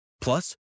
Plus